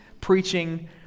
preaching